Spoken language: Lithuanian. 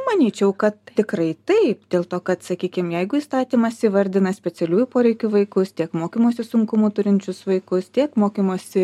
manyčiau kad tikrai taip dėl to kad sakykim jeigu įstatymas įvardina specialiųjų poreikių vaikus tiek mokymosi sunkumų turinčius vaikus tiek mokymosi